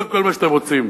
כל מה שאתם רוצים.